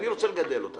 אני רוצה לגדל אותה.